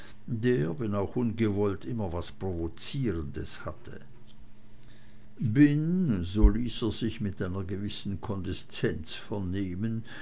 der wenn auch ungewollt immer was provozierendes hatte bin so ließ er sich mit einer gewissen kondeszenz vernehmen